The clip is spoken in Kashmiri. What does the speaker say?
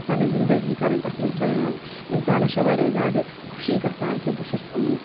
پَنٕنۍ زِنٛدگی کَرٕنۍ تَتھ منٛز بیان اِنسانَس چھےٚ واریاہ زیادٕ خوشی گژھان کہِ بہٕ چھُس